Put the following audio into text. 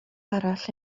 arall